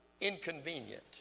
inconvenient